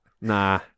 Nah